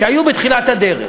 שהיו בתחילת הדרך.